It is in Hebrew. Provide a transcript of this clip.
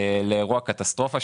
לאירוע קטסטרופה,